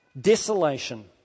desolation